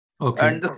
Okay